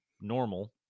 normal